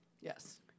Yes